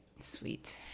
sweet